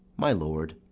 my lord,